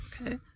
Okay